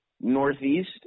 northeast